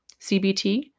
CBT